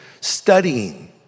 studying